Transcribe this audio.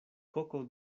koko